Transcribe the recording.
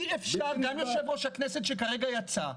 אי אפשר גם יושב-ראש הכנסת שכרגע יצא,